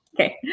okay